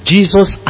Jesus